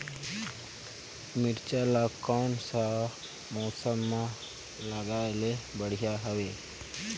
मिरचा ला कोन सा मौसम मां लगाय ले बढ़िया हवे